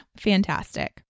fantastic